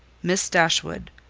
miss dashwood,